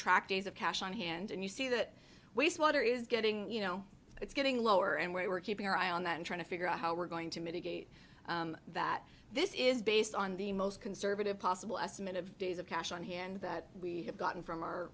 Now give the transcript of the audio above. track days of cash on hand and you see that wastewater is getting you know it's getting lower and we're keeping our eye on that and trying to figure out how we're going to mitigate that this is based on the most conservative possible estimate of days of cash on hand that we have gotten from our